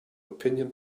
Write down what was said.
opinion